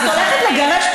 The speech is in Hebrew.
סליחה.